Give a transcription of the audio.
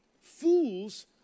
Fools